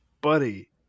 Buddy